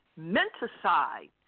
menticide